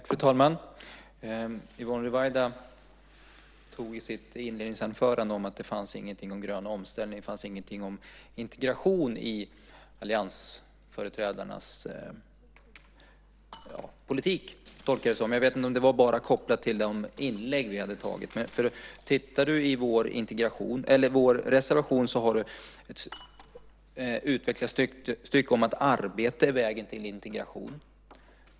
Fru talman! Yvonne Ruwaida sade i sitt inledningsanförande att det inte fanns något om grön omställning och integration i alliansföreträdarnas politik. Så tolkade jag det, men jag vet inte om det bara var kopplat till de tidigare inläggen. Om hon tittar i vår reservation ser hon att där finns ett utvecklat stycke om att arbete är vägen till integration.